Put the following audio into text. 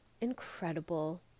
incredible